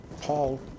Paul